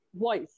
voice